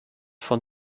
von